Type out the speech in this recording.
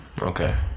Okay